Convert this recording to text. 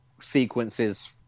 sequences